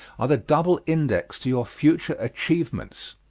are the double index to your future achievements.